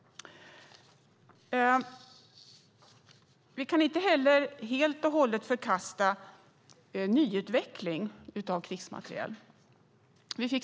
Inte heller kan vi helt och hållet förkasta nyutveckling av krigsmateriel.